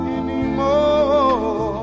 anymore